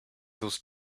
those